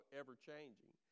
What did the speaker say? ever-changing